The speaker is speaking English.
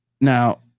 Now